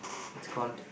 it's called